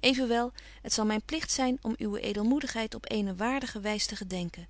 evenwel het zal myn pligt zyn om uwe edelmoedigheid op eene waardige wys te gedenken